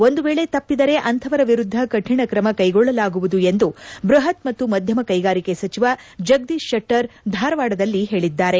ಒಂದು ವೇಳೆ ತಪ್ಪಿದರೆ ಅಂತಹವರ ವಿರುದ್ದ ಕಠಿಣ ಕ್ರಮ ಕೈಗೊಳ್ಳಲಾಗುವುದೆಂದು ಬ್ಬಹತ್ ಮತ್ತು ಮಧ್ಯಮ ಕೈಗಾರಿಕೆ ಸಚಿವ ಜಗದೀಶ್ ಶೆಟ್ಟರ್ ಧಾರವಾಡದಲ್ಲಿ ಹೇಳಿದ್ದಾರೆ